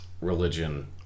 ...religion